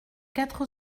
quatre